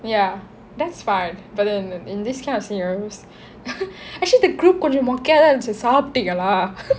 ya that's fine but then in this kind of scenarios actually the group கொஞ்சம் மொக்கையாத்தான் இருந்துச்சு சாப்பிட்டீங்களா:konjam mokkaiyaathaan irunthuchu saaptingala